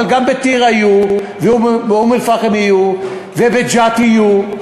אבל גם בטירה יהיו, באום-אלפחם יהיו, ובג'ת יהיו.